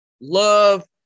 love